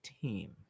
team